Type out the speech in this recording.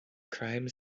crime